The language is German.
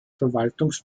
verwaltungs